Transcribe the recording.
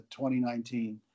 2019